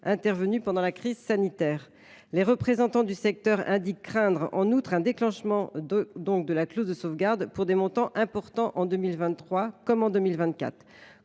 intervenue pendant la crise sanitaire. Les représentants du secteur indiquent craindre, en outre, un déclenchement de la clause de sauvegarde pour des montants importants en 2023 comme en 2024.